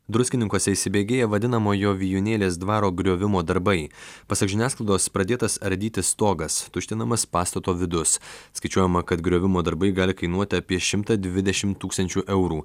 druskininkuose įsibėgėja vadinamojo vijūnėlės dvaro griovimo darbai pasak žiniasklaidos pradėtas ardyti stogas tuštinamas pastato vidus skaičiuojama kad griovimo darbai gali kainuoti apie šimtą dvidešimt tūkstančių eurų